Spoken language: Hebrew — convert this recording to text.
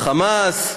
ה"חמאס",